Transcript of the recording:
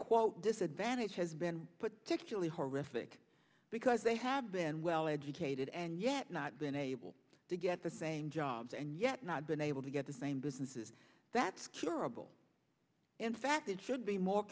quote disadvantage has been put to actually horrific because they have been well educated and yet not been able to get the same jobs and yet not been able to get the same businesses that's curable in fact it should be more